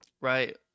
right